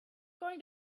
going